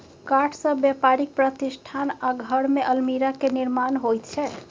काठसँ बेपारिक प्रतिष्ठान आ घरमे अलमीरा केर निर्माण होइत छै